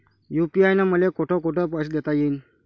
UPI न मले कोठ कोठ पैसे देता येईन?